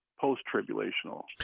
post-tribulational